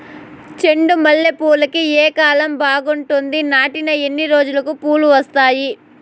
చెండు మల్లె పూలుకి ఏ కాలం బావుంటుంది? నాటిన ఎన్ని రోజులకు పూలు వస్తాయి?